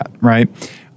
right